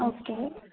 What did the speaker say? okay